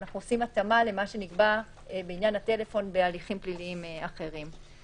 אנחנו עושים התאמה למה שנקבע בעניין הטלפון בהליכים פליליים אחרים.